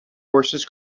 horses